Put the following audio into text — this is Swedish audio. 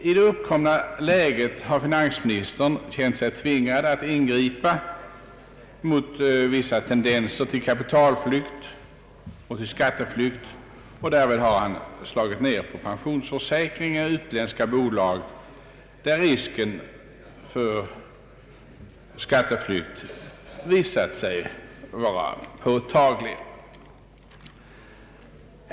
I det uppkomna läget har finansministern känt sig tvingad att ingripa mot vissa tendenser till kapitalflykt och till skatteflykt, och därvid har han slagit ned på pensionsförsäkringar i utländska bolag, där risken för skatteflykt har visat sig vara påtaglig.